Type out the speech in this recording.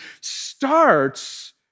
starts